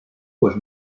pues